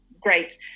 great